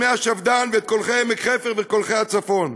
כן, את מי השפד"ן ואת קולחי עמק-חפר וקולחי הצפון.